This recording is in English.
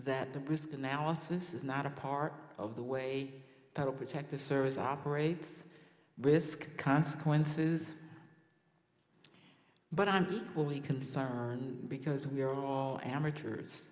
that the risk analysis is not a part of the way that a protective service operates risk consequences but i'm willing concern because we're all amateurs